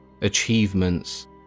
achievements